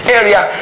area